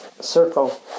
circle